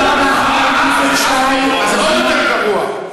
אז אם לא היו משקיעים היה יותר גרוע.